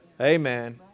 Amen